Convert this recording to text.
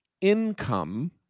income